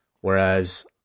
Whereas